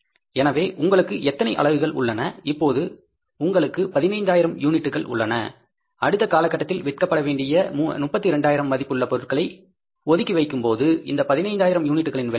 எனவே உங்களுக்கு எத்தனை அலகுகள் உள்ளன இப்போது உங்களுக்கு 15000 யூனிட்டுகள் உள்ளன அடுத்த காலகட்டத்தில் விற்கப்பட வேண்டிய 32000 மதிப்புள்ள பொருட்களை ஒதுக்கி வைக்கும்போது இந்த 15000 யூனிட்டுகளின் விலை என்ன